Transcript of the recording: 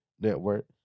network